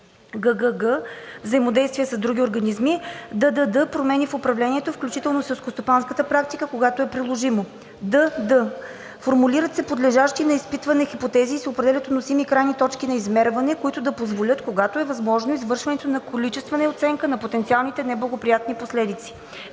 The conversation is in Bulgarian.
ггг) взаимодействия с други организми; ддд) промени в управлението, включително в селскостопанската практика, когато е приложимо. дд) формулират се подлежащи на изпитване хипотези и се определят относими крайни точки на измерване, които да позволят, когато е възможно, извършването на количествена оценка на потенциалните неблагоприятни последици;